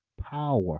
Power